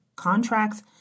Contracts